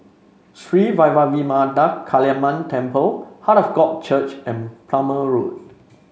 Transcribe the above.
Sri Vairavimada Kaliamman Temple Heart of God Church and Plumer Road